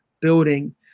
building